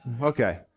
Okay